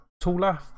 taller